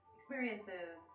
experiences